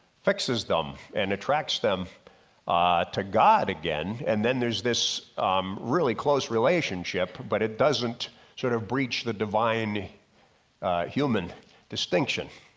fixes them and attracts them to god again. and then there's this really close relationship, but it doesn't sort of breach the divine human distinction.